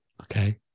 Okay